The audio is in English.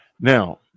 now